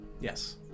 Yes